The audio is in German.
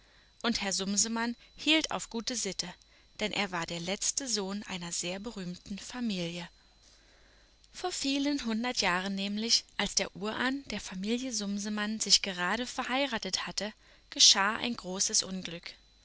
und herr sumsemann hielt auf gute sitte denn er war der letzte sohn einer sehr berühmten familie vor vielen hundert jahren nämlich als der urahn der familie sumsemann sich gerade verheiratet hatte geschah ein großes unglück